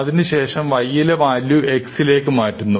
അതിനുശേഷം y ലെ value x ലേക്ക് മാറ്റുന്നു